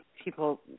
people